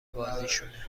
بازیشونه